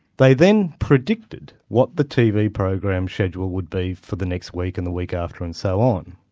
they then predicted what the tv program schedule would be for the next week and the week after, and so on.